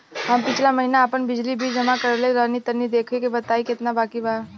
हम पिछला महीना आपन बिजली बिल जमा करवले रनि तनि देखऽ के बताईं केतना बाकि बा?